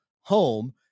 home